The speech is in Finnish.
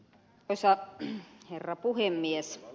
arvoisa herra puhemies